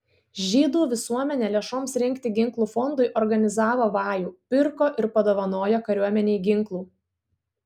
žydų visuomenė lėšoms rinkti ginklų fondui organizavo vajų pirko ir padovanojo kariuomenei ginklų